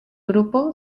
grupo